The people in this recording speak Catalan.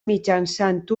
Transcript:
mitjançant